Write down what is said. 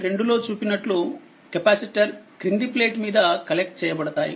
2 లో చూపినట్లు కెపాసిటర్ క్రింది ప్లేట్ మీద కలెక్ట్ చేయబడతాయి